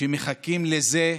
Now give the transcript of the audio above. שמחכים לזה.